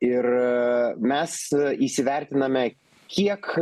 ir mes įsivertiname kiek